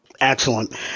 Excellent